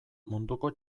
munduko